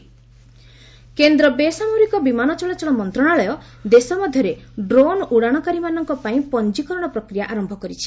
aviation drone କେନ୍ଦ୍ର ବେସାମରିକ ବିମାନ ଚଳାଚଳ ମନ୍ତ୍ରଣାଳୟ ଦେଶ ମଧ୍ୟରେ ଡ୍ରୋନ୍ ଉଡ଼ାଣକାରୀମାନଙ୍କ ପାଇଁ ପଞ୍ଜିକରଣ ପ୍ରକ୍ରିୟା ଆରମ୍ଭ କରିଛି